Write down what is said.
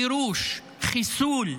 גירוש, חיסול,